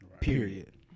period